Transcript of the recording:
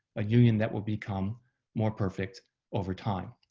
a union that would become more perfect over time.